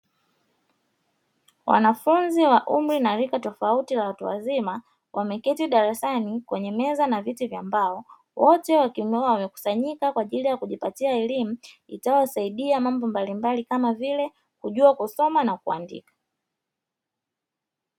Wanafunzi wa umri na rika tofauti la watu wazima, wameketi darasani, kwenye meza na viti vya mbao. Wote wamekusanyika kwa ajili ya kujipatia elimu, itakayowasaidia mambo mbalimbali kama vile: kujua kusoma na kuandika.